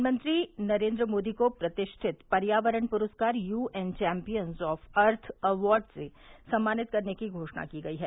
प्रधानमंत्री नरेन्द्र मोदी को प्रतिष्ठित पर्यावरण प्रस्कार UN champions of earth award से सम्मानित करने की घोषणा की गई है